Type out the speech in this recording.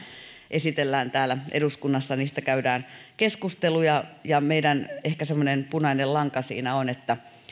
esitellään täällä eduskunnassa ja niistä käydään keskusteluja ja meidän ehkä semmoinen punainen lanka siinä on että